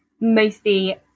mostly